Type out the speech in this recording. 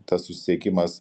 tas susisiekimas